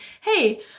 hey